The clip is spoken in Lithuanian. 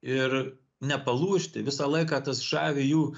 ir nepalūžti visą laiką tas žavi jų